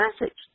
message